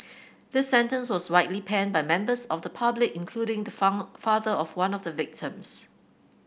this sentence was widely panned by members of the public including the father of one of the victims